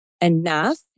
enough